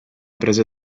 prese